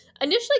initially